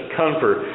comfort